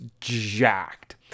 jacked